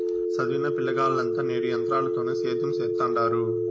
సదివిన పిలగాల్లంతా నేడు ఎంత్రాలతోనే సేద్యం సెత్తండారు